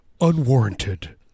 unwarranted